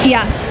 Yes